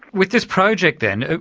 with this project then,